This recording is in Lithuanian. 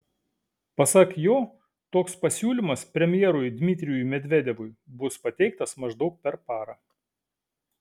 pasak jo toks pasiūlymas premjerui dmitrijui medvedevui bus pateiktas maždaug per parą